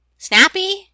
Snappy